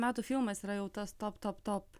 metų filmas yra jau tas top top top